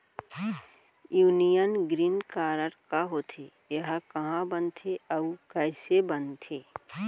Union green card का होथे, एहा कहाँ बनथे अऊ कइसे बनथे?